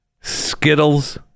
Skittles